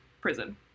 prison